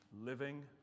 Living